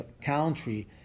country